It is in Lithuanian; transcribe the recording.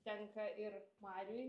tenka ir mariui